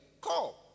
Call